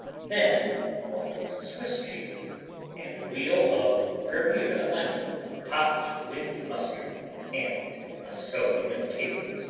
then one of swiss cheese and a wheel of bermuda onion topped with mustard and a sowing of capers